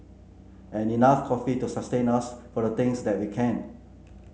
and enough coffee to sustain us for the things that we can